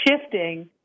shifting